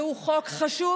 זהו חוק חשוב,